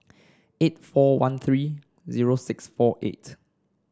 eight four one three zero six four eight